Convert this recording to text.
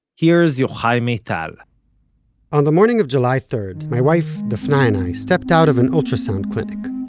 here's yochai maital on the morning of july third, my wife dafna and i stepped out of an ultrasound clinic.